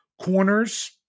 Corners